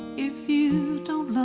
if you don't love